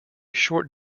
short